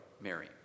Mary